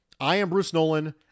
IamBruceNolan